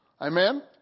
Amen